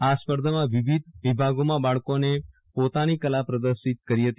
આ સ્પર્ધામાં વિવિધ વિભાગોમાં બાળકોએ પોતાની કળા પ્રદર્શિત કરી હતી